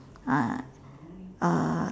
uh err